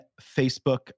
Facebook